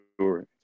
story